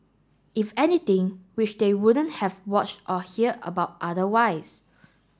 if anything which which they wouldn't have watched or heard about otherwise